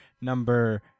number